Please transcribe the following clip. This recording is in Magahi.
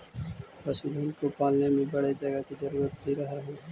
पशुधन को पालने में बड़े जगह की जरूरत भी रहअ हई